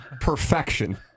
perfection